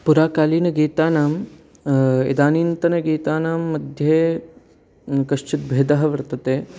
पुराकालीनगीतानाम् इदानीन्तनगीतानां मध्ये कश्चिद् भेदः वर्तते